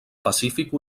pacífic